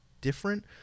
different